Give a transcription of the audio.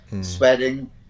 sweating